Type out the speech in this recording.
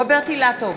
נגד רוברט אילטוב,